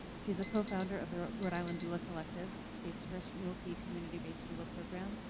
she's a co-founder of the rhode island doula collective, the state's first no fee community based doula program.